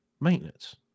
maintenance